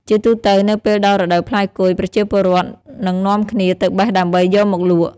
ជាទូទៅនៅពេលដល់រដូវផ្លែគុយ ប្រជាពលរដ្ឋ នឹងនាំគ្នា ទៅបេះដើម្បីយកមកលក់។